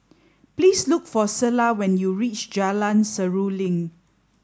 please look for Selah when you reach Jalan Seruling